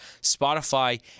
Spotify